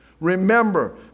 Remember